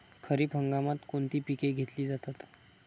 खरीप हंगामात कोणती पिके घेतली जातात?